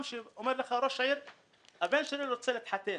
בא לראש העיר ואומר שהבן שלו רוצה להתחתן,